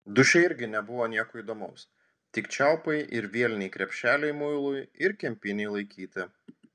duše irgi nebuvo nieko įdomaus tik čiaupai ir vieliniai krepšeliai muilui ir kempinei laikyti